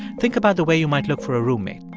think about the way you might look for a roommate.